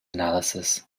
analysis